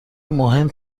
مهم